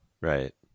right